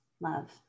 Love